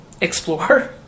explore